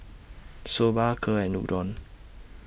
Soba Kheer and Udon